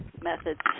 methods